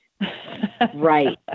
Right